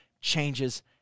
changes